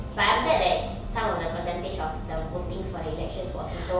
but I'm glad that some of the percentage of the votings for the elections was also